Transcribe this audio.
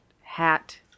hat